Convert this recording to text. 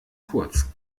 kurz